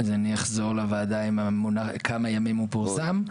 אז אני אחזור לוועדה עם כמה ימים הוא פורסם.